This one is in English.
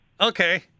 Okay